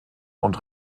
und